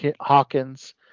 Hawkins